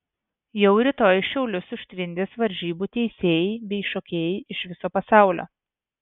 jau rytoj šiaulius užtvindys varžybų teisėjai bei šokėjai iš viso pasaulio